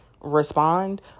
respond